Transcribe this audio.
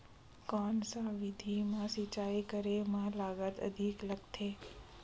कोन सा विधि म सिंचाई करे म लागत अधिक लगथे?